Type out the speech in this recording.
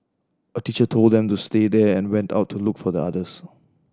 a teacher told them to stay there and went out to look for the others